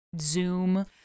Zoom